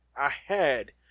ahead